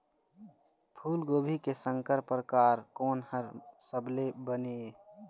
फूलगोभी के संकर परकार कोन हर सबले बने ये?